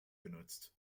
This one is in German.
genutzt